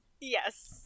Yes